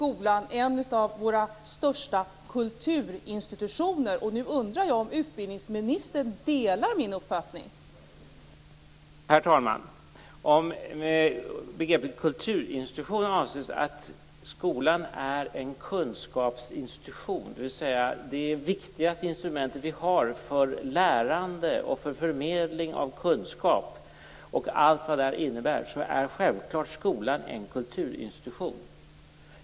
Om det med begreppet kulturinstitution avses att skolan är en kunskapsinstitution, dvs. det viktigaste instrumentet vi har för lärande och förmedling av kunskap och allt vad det innebär, är skolan självklart en kulturinstitution.